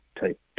type